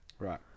Right